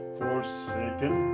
forsaken